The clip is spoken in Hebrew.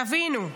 תבינו,